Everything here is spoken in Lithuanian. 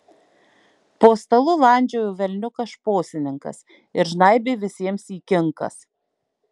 po stalu landžiojo velniukas šposininkas ir žnaibė visiems į kinkas